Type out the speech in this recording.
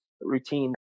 routine